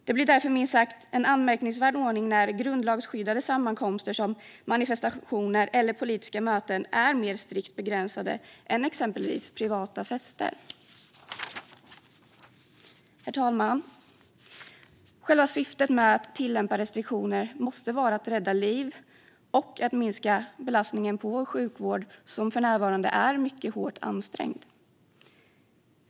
Det blir därför, minst sagt, en anmärkningsvärd ordning när grundlagsskyddade sammankomster, som manifestationer eller politiska möten, är mer strikt begränsade än exempelvis privata fester. Herr talman! Själva syftet med att tillämpa restriktioner måste vara att rädda liv och att minska belastningen på vår sjukvård, som för närvarande är mycket hårt ansträngd.